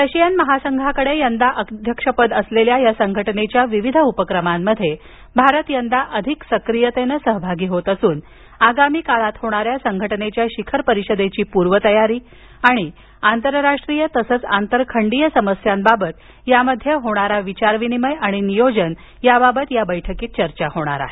Russian महासंघाकडे अध्यक्षपद असलेल्या या संघटनेच्या विविध उपक्रमांमध्ये भारत यंदा अधिक सक्रीयतेनं सहभागी होत असून आगामी काळात होणाऱ्या संघटनेच्या शिखर परिषदेची पूर्वतयारी आणि आतरराष्ट्रीय आणि आंतरखंडीय समस्यांबाबत यामध्ये विचार विनिमय आणि नियोजन होणार आहे